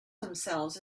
themselves